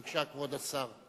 בבקשה, כבוד השר.